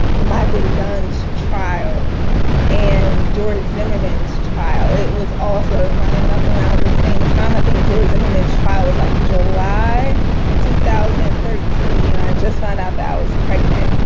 michael dunn's trial and george zimmerman's trial. it was all sort of lining up around the same time. i think george zimmerman's trial was like july two thousand and thirteen. i just found out i was pregnant.